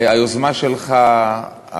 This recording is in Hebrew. היוזמה שלך,